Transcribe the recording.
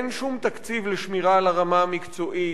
אין שום תקציב לשמירה על הרמה המקצועית,